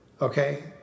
okay